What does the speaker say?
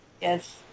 Yes